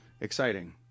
Exciting